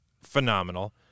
phenomenal